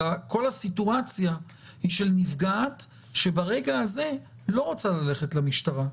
אלא לכל סיטואציה של נפגעת שברגע הזה לא רוצה ללכת למשטרה,